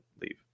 leave